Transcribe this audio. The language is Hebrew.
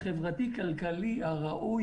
רוית